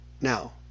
Now